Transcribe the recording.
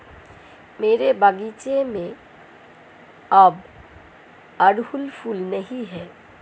मेरे बगीचे में अब अड़हुल फूल नहीं हैं